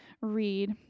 read